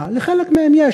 לחלק מהם יש.